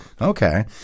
okay